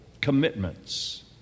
commitments